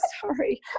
sorry